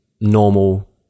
normal